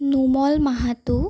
Nomal Mahato